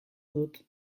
dut